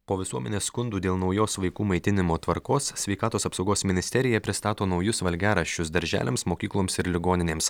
po visuomenės skundų dėl naujos vaikų maitinimo tvarkos sveikatos apsaugos ministerija pristato naujus valgiaraščius darželiams mokykloms ir ligoninėms